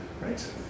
Right